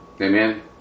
Amen